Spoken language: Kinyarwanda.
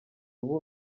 ubu